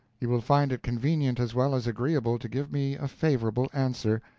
you will find it convenient as well as agreeable to give me a favorable answer,